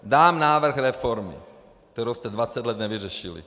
Dám návrh reformy, kterou jste dvacet let nevyřešili.